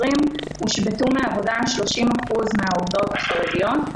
הושבתו מעבודה 30% מן העובדות החרדיות.